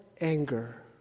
anger